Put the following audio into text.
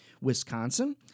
Wisconsin